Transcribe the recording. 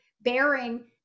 bearing